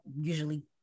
usually